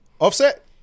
Offset